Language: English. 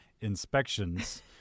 inspections